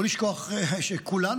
לא לשכוח שכולנו,